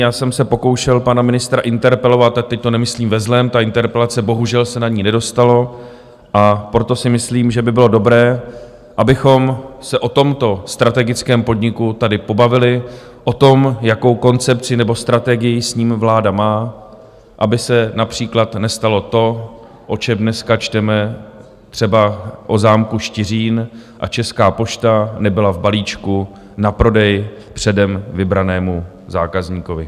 Já jsem se pokoušel pana ministra interpelovat, a teď to nemyslím ve zlém, na tu interpelaci se bohužel nedostalo, a proto si myslím, že by bylo dobré, abychom se o tomto strategickém podniku tady pobavili, o tom, jakou koncepci nebo strategii s ním vláda má, aby se například nestalo to, o čem dneska čteme, třeba o zámku Štiřín a Česká pošta nebyla v balíčku na prodej předem vybranému zákazníkovi.